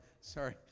sorry